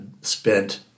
spent